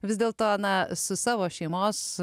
vis dėlto na su savo šeimos